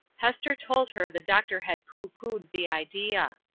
hester told her the doctor had poo-pooed the idea.